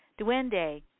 Duende